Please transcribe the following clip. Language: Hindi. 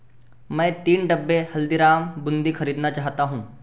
मैं तीन डब्बे हल्दीराम बूंदी खरीदना चाहता हूँ